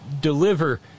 deliver